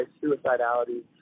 suicidality